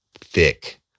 thick